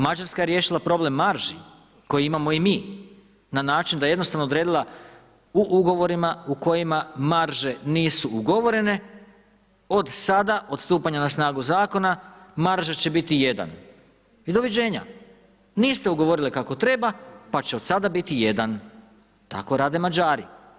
Mađarska je riješila problem marži koje imamo i mi na način da je jednostavno odredila u ugovorima u kojima marže nisu ugovorene od sada, od stupanja na snagu zakona marža će biti 1 i doviđenja, niste ugovorili kako treba pa će od sada biti 1. tako rade Mađari.